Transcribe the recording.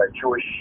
Jewish